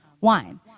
wine